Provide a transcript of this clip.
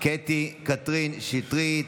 קטי קטרין שטרית.